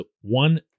one